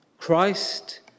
Christ